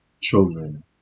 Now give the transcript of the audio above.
children